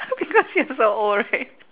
because you so old right